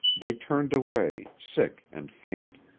they turned away, sick and faint.